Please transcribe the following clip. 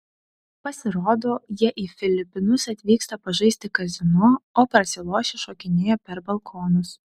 pasirodo jie į filipinus atvyksta pažaisti kazino o prasilošę šokinėja per balkonus